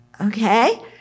Okay